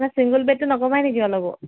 মানে চিংগল বেডটো নকমাই নেকি অলপো